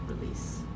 release